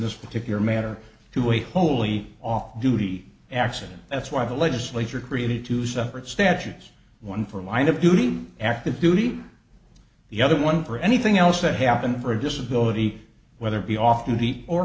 this particular matter to a wholly off duty accident that's why the legislature created two separate statues one for line of duty active duty the other one for anything else that happened for a disability whether be often